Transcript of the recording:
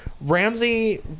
ramsey